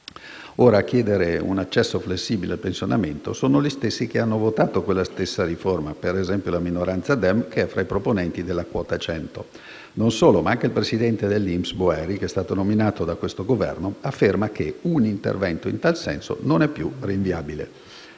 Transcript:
A chiedere un accesso flessibile al pensionamento sono gli stessi che hanno votato quella riforma, per esempio la minoranza dem, che è tra i proponenti della quota 100. Anche il presidente dell'INPS, Boeri, nominato da questo Governo, afferma che un intervento in tal senso non è più rinviabile.